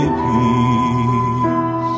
peace